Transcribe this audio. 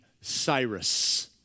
Cyrus